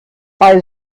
bei